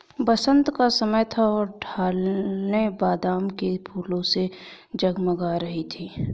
बसंत का समय था और ढलानें बादाम के फूलों से जगमगा रही थीं